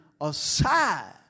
aside